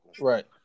Right